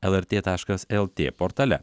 lrt taškas lt portale